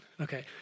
okay